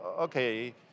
Okay